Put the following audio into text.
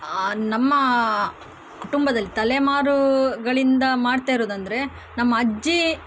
ನಮ್ಮ ಕುಟುಂಬದಲ್ಲಿ ತಲೆಮಾರುಗಳಿಂದ ಮಾಡ್ತಾಯಿರೋದು ಅಂದರೆ ನಮ್ಮ ಅಜ್ಜಿ